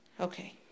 Okay